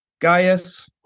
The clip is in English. Gaius